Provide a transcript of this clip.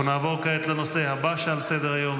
אנחנו נעבור כעת לנושא הבא על סדר-היום,